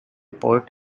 port